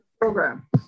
program